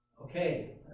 Okay